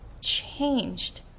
changed